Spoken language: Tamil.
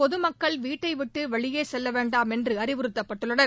பொதுமக்கள் வீட்டை விட்டு வெளியே செல்ல வேண்டாம் என்று அறிவுறுத்தப்பட்டுள்ளனர்